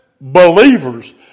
believers